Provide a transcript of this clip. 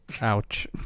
Ouch